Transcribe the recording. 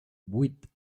vuit